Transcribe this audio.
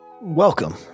Welcome